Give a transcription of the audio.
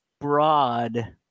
broad